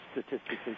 statistically